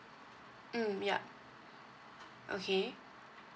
mm yup okay